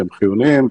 שהם חיוניים,